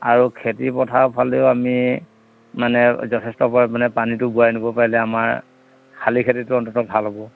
আৰু খেতি পথাৰৰ ফালেও আমি মানে যথেষ্ট পৰিমানে পানীটো বুৰাই নিব পাৰিলে আমাৰ শালি খেতিটো অন্তত ভাল হ'ব